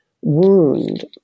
wound